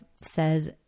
says